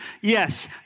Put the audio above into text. Yes